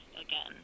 again